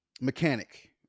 mechanic